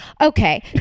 okay